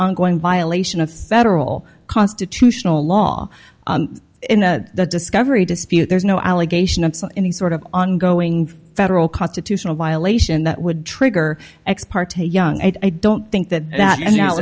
ongoing violation of federal constitutional law in a discovery dispute there's no allegation of any sort of ongoing federal constitutional violation that would trigger ex parte young i don't think that that kind